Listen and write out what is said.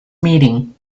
meeting